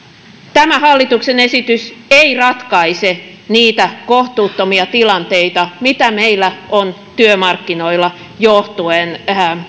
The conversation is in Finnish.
tämä hallituksen esitys ei ratkaise niitä kohtuuttomia tilanteita mitä meillä on työmarkkinoilla johtuen